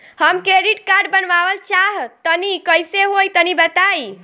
हम credit card बनवावल चाह तनि कइसे होई तनि बताई?